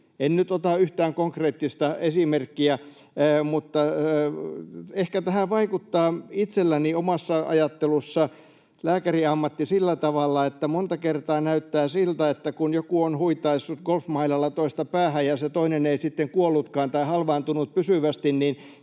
En nyt ota yhtään konkreettista esimerkkiä, mutta ehkä tähän vaikuttaa itselläni omassa ajattelussani lääkärin ammatti sillä tavalla, että monta kertaa näyttää siltä, että kun joku on huitaissut golfmailalla toista päähän ja se toinen ei sitten kuollutkaan tai halvaantunut pysyvästi,